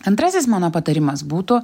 antrasis mano patarimas būtų